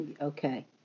Okay